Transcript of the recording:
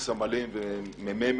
סמלים ומפקדי מחלקות.